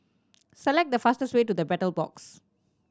select the fastest way to The Battle Box